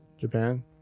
Japan